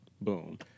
boom